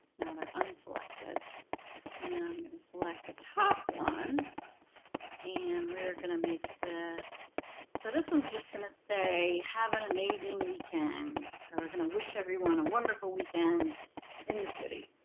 now they're unselected and then i'm going to select the top one and we're gonna make this so this one's just gonna say have an amazing weekend so we're going to wish everyone a wonderful weekend in the city.